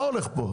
מה הולך פה?